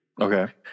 Okay